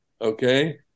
Okay